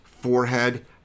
forehead